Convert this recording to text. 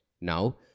Now